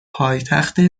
پایتخت